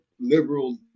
liberal